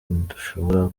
ntidushobora